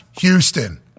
Houston